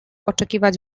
oczekiwać